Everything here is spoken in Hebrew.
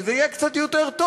שזה יהיה קצת יותר טוב.